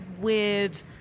weird